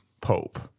pope